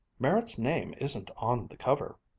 merritt's name isn't on the cover.